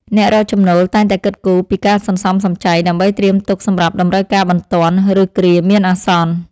អ្នករកចំណូលតែងតែគិតគូរពីការសន្សំសំចៃដើម្បីត្រៀមទុកសម្រាប់តម្រូវការបន្ទាន់ ឬគ្រាមានអាសន្ន។